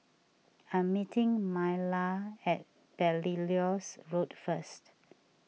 I'm meeting Myla at Belilios Road first